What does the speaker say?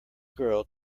girl